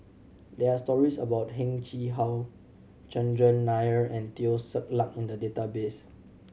there are stories about Heng Chee How Chandran Nair and Teo Ser Luck in the database